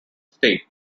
state